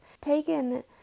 taken